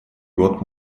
год